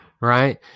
right